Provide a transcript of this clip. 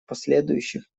последующих